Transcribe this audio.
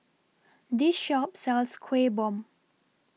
This Shop sells Kueh Bom